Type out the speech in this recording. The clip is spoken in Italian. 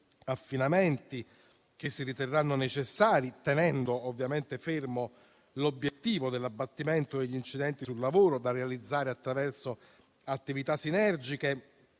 affinamenti che si riterranno necessari, tenendo ovviamente fermo l'obiettivo dell'abbattimento degli incidenti sul lavoro da realizzare attraverso attività sinergiche,